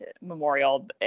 memorial